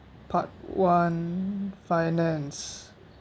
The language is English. part one finance